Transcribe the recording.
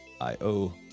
I-O